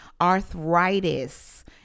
Arthritis